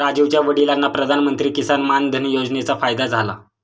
राजीवच्या वडिलांना प्रधानमंत्री किसान मान धन योजनेचा फायदा झाला